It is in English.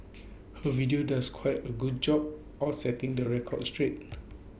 her video does quite A good job of setting the record straight